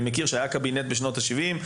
אני זוכר שהיה קבינט בשנות ה-70',